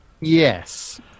Yes